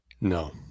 No